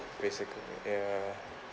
basically ya